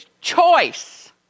choice